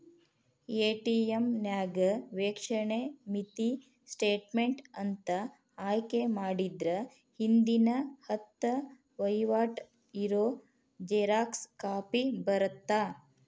ATM ನ್ಯಾಗ ವೇಕ್ಷಣೆ mini statement ಅಂತ ಆಯ್ಕೆ ಮಾಡಿದ್ರ ಹಿಂದಿನ ಹತ್ತ ವಹಿವಾಟ್ ಇರೋ ಜೆರಾಕ್ಸ್ ಕಾಪಿ ಬರತ್ತಾ